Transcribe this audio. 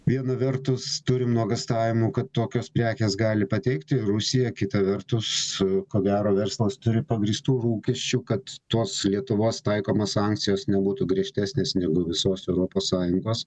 viena vertus turim nuogąstavimų kad tokios prekės gali pateikti rusiją kita vertus ko gero verslas turi pagrįstų lūkesčių kad tos lietuvos taikomos sankcijos nebūtų griežtesnės negu visos europos sąjungos